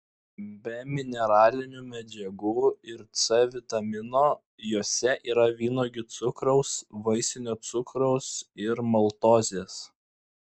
be mineralinių medžiagų ir c vitamino juose yra vynuogių cukraus vaisinio cukraus ir maltozės